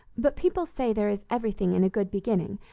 but people say there is everything in a good beginning,